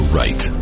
right